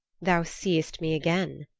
thou seest me again.